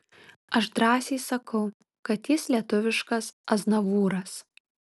aš drąsiai sakau kad jis lietuviškas aznavūras